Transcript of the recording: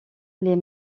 les